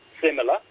similar